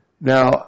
Now